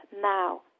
now